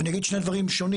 אני אגיד שני דברים שונים,